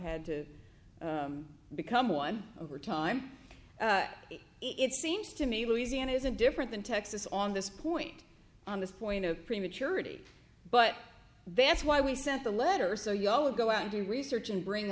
had to become one over time it seems to me louisiana is a different than texas on this point on this point of prematurity but that's why we sent the letter so you all go out and do research and bring